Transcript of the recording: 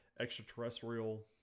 extraterrestrial